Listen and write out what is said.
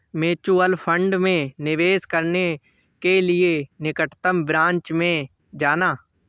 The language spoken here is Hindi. म्यूचुअल फंड में निवेश करने के लिए निकटतम ब्रांच में जाना